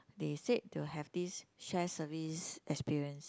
they said to have this share service experience